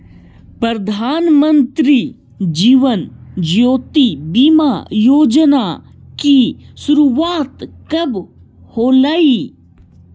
प्रधानमंत्री जीवन ज्योति बीमा योजना की शुरुआत कब होलई